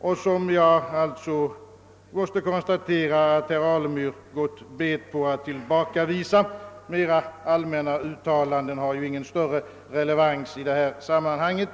och jag måste konstatera att herr Alemyr har gått bet på att tillbakavisa dem — mera allmänna uttalanden har ju ingen relevans i detta sammanhang.